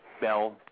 bell